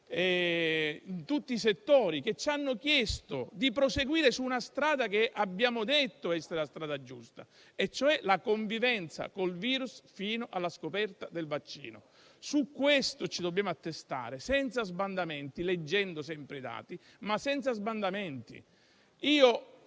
parrucchieri che ci hanno chiesto di proseguire su una strada che abbiamo detto essere quella giusta e, cioè, la convivenza con il virus fino alla scoperta del vaccino. Su questo ci dobbiamo attestare, senza sbandamenti, leggendo sempre i dati. Quando